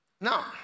Now